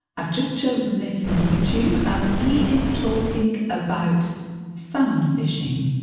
i've just chosen this from youtube and he is talking about salmon fishing.